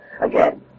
again